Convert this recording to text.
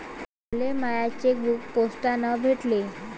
मले माय चेकबुक पोस्टानं भेटल